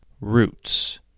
Roots